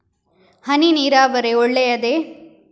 ಹನಿ ನೀರಾವರಿ ಒಳ್ಳೆಯದೇ?